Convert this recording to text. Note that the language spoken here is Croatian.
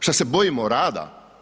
Šta se bojimo rada?